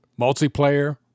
Multiplayer